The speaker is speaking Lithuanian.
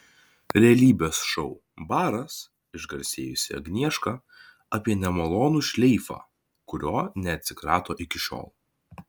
realybės šou baras išgarsėjusi agnieška apie nemalonų šleifą kurio neatsikrato iki šiol